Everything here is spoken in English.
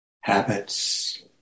habits